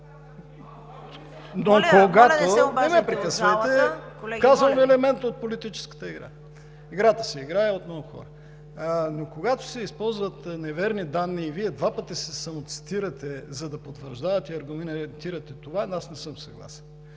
Когато се използват неверни данни и Вие два пъти се самоцитирате, за да потвърждавате и аргументирате това, аз не съм съгласен.